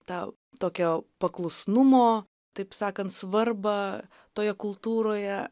tą tokio paklusnumo taip sakant svarbą toje kultūroje